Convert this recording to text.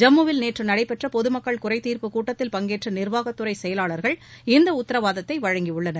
ஜம்முவில் நேற்று நடைபெற்ற பொதுமக்கள் குறைதீர்ப்பு கூட்டத்தில் பங்கேற்ற நீர்வாகத்துறை செயலாளர்கள் இந்த உத்தரவாதத்தை வழங்கியுள்ளனர்